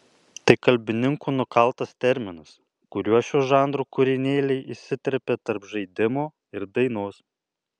tai kalbininkų nukaltas terminas kuriuo šio žanro kūrinėliai įsiterpia tarp žaidimo ir dainos